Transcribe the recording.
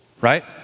right